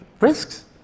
risks